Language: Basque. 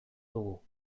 dugu